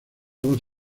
voz